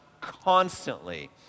constantly